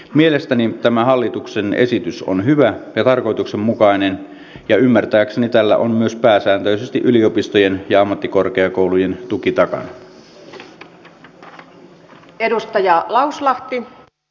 mielestäni tämä hallituksen esitys on hyvä ja tarkoituksenmukainen ja ymmärtääkseni tällä on pääsääntöisesti myös yliopistojen ja ammattikorkeakoulujen tuki takana